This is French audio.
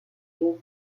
kings